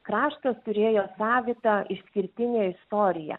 kraštas turėjo savitą išskirtinę istoriją